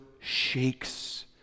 shakes